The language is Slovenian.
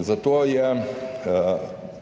zato